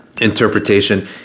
interpretation